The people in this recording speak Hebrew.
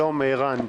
שלום, ערן.